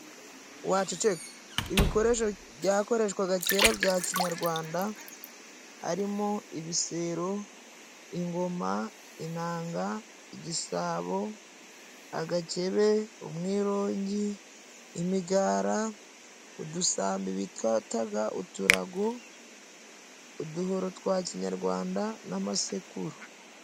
Waceceka, ibikoresho byakoreshwaga kera bya kinyarwanda harimo ibisero, ingoma, inanga, igisabo agakebe, umwirongi, imigara, udusambi bitaga uturago, uduhoro twa kinyarwanda n'amasekuru.